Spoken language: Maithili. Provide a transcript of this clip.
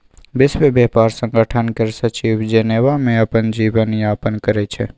विश्व ब्यापार संगठन केर सचिव जेनेबा मे अपन जीबन यापन करै छै